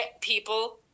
people